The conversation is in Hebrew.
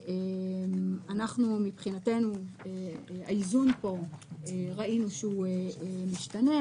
ראינו שהאיזון פה משתנה.